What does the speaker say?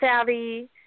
savvy